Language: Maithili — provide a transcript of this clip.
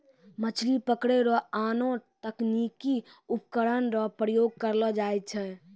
मछली पकड़ै रो आनो तकनीकी उपकरण रो प्रयोग करलो जाय छै